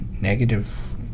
negative